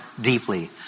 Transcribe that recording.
deeply